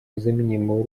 незаменимую